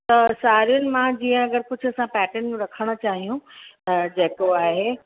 त साड़ियुनि मां जीअं अगरि कुझु असां पैटर्न रखणु चाहियूं त जेको आहे